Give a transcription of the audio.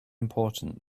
important